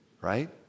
right